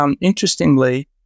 Interestingly